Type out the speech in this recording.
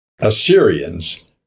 Assyrians